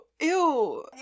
ew